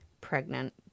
pregnant